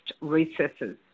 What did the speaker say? recesses